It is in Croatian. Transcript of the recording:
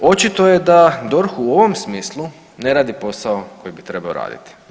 Očito je da DORH u ovom smislu ne radi posao koji bi trebao raditi.